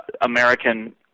American